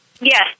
Yes